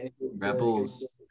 rebels